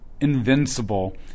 invincible